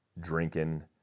Drinking